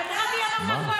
היא אמרה מי אמר מהקואליציה.